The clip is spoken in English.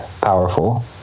powerful